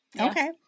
okay